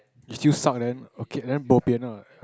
it still suck then okay then bo pian lah